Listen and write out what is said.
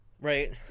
Right